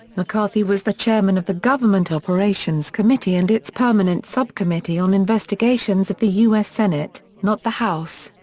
mccarthy was the chairman of the government operations committee and its permanent subcommittee on investigations of the u s. senate, not the house.